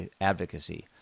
advocacy